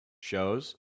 shows